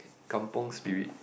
kampung Spirit